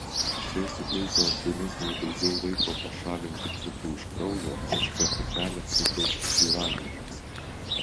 tai suteikia organizmui daugiau laiko pašalinti cukrų iš kraujo užkerta kelią cukraus svyravimams